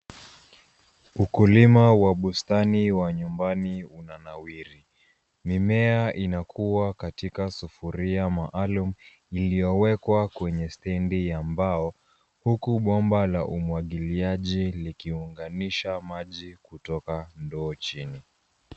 Ukulima wa bustani wa nyumbani unanawiri. Mimea inakuankatila sufuria maalum iliyowekwa kwenye stendi ya mbao huku bomba la umwagiliaji likiunganisha maji kutoka ndoo chini.